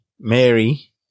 Mary